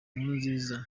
nkurunziza